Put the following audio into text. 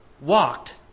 walked